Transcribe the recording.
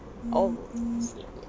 oh